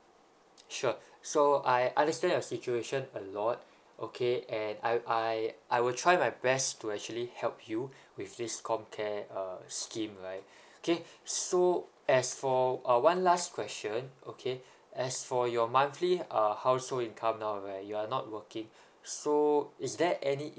sure so I understand your situation a lot okay and I I I will try my best to actually help you with this comcare uh scheme right okay so as for uh one last question okay as for your monthly uh household income now right you are not working so is there any